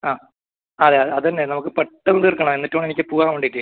ആ അതെ അത് തന്നെ നമുക്ക് പെട്ടെന്ന് തീർക്കണം എന്നിട്ട് വേണം എനിക്ക് പോവാൻ വേണ്ടിയിട്ട്